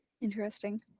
Interesting